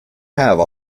have